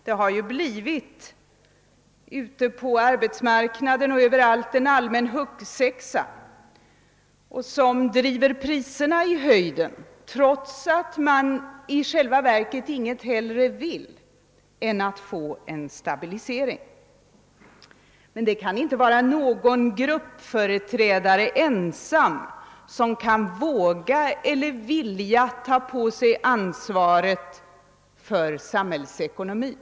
Det har ju ute på arbetsmarknaden och överallt annars uppstått en allmän huggsexa som driver priserna i höjden trots att man i själva verket helst av allt vill åstadkomma en stabilisering. Ingen gruppföreträdare ensam kan våga eller vilja ta på sig ansvaret för samhällsekonomin.